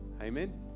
Amen